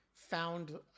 found